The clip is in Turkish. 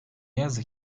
yazık